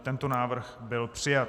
Tento návrh byl přijat.